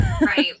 Right